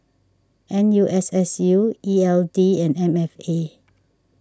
N U S S U E L D and M F A